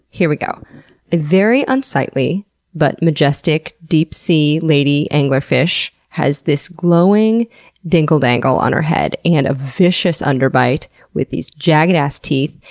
here we go. a very unsightly but majestic deep-sea lady anglerfish has this glowing dingle-dangle on her head and a vicious underbite with these jagged-ass teeth.